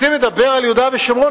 רוצים לדבר על יהודה ושומרון,